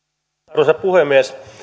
arvoisa puhemies